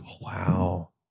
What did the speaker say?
wow